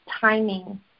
timing